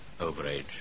overage